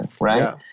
Right